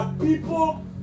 people